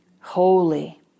Holy